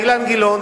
אילן גילאון,